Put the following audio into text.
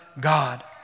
God